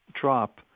drop